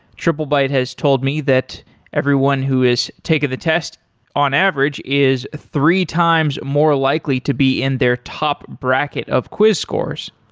triplebyte has told me that everyone who has taken the test on average is three times more likely to be in their top bracket of quiz scores